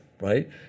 right